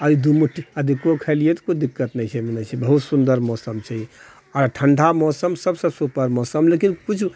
आओर दू मूठ्ठी अधिको खेलीयै तऽ कोनो दिक्कत नहि छै मने छै बहुत सुन्दर मौसम छै आओर ठण्डा मौसम सबसँ सूपर मौसम लेकिन कुछ